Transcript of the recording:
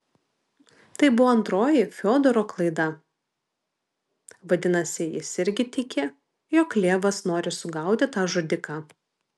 tai buvo antroji fiodoro klaida vadinasi jis irgi tiki jog levas nori sugauti tą žudiką